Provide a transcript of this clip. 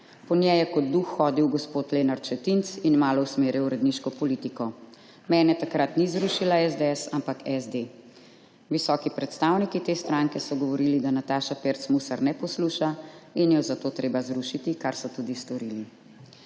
V njej je kot duh hodil gospod Lenart Šetinc in malo usmerjal uredniško politiko. Mene takrat ni zrušila SDS ampak SD. Visoki predstavniki te stranke so govorili, da Nataša Pirc Musar ne posluša in jo je zato treba zrušiti, kar so tudi storili«.